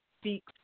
speaks